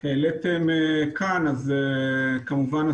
שהעליתם כאן כמובן,